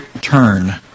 turn